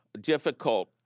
difficult